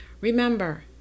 Remember